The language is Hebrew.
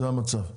זה המצב.